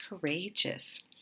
courageous